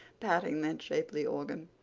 patting that shapely organ.